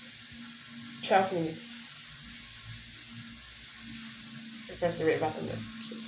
twelve minutes press the red button okay